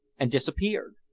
and disappeared.